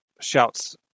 shouts